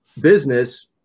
business